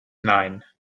nine